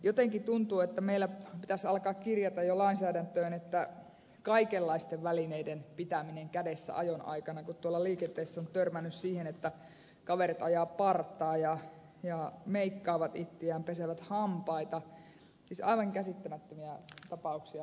jotenkin tuntuu että meillä pitäisi alkaa jo kirjata lainsäädäntöön kaikenlaisten välineiden pitäminen kädessä ajon aikana kun tuolla liikenteessä on törmännyt siihen että kaverit ajavat partaa ja meikkaavat itseään pesevät hampaita siis aivan käsittämättömiä tapauksia